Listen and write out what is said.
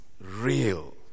real